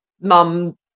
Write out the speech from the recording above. mum